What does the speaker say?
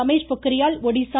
Ramesh Pokhriyal Odisha